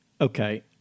okay